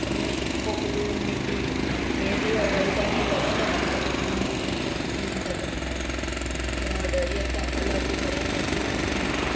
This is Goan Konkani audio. आनी पोपलीन मेटींग हे बी ऑर्डर येता तुजें बरें जाता म्हणटा पोपलीन बी नीट एण्ड क्लीन जाता म्हणटा तें ऑर्डरी येता कलर बी बरें मॅचींग घालता म्हणटा तूं